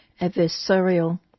adversarial